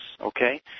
okay